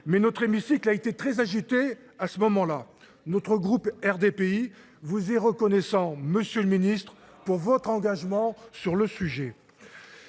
Mais notre hémicycle a été très agité à ce moment-là. Notre groupe RDPI vous est reconnaissant, monsieur le ministre, pour votre engagement sur le sujet.